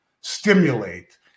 stimulate